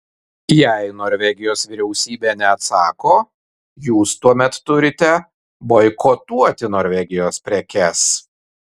jei norvegijos vyriausybė neatsako jūs tuomet turite boikotuoti norvegijos prekes